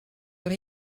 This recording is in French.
leur